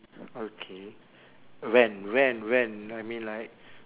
okay when when when I mean like